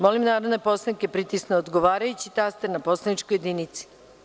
Molim narodne poslanike da pritisnu odgovarajući taster na poslaničkoj jedinici.